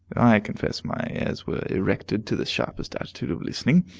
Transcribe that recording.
i confess my ears were erected to the sharpest attitude of listening.